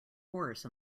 horse